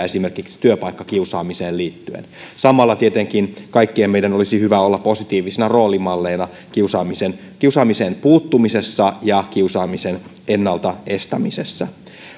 esimerkiksi työpaikkakiusaamiseen liittyen samalla tietenkin kaikkien meidän olisi hyvä olla positiivisina roolimalleina kiusaamiseen puuttumisessa ja kiusaamisen ennalta estämisessä